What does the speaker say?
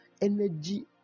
energy